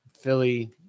Philly